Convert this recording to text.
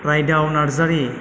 Raidao Narzary